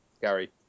Gary